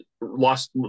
lost